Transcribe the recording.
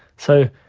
so,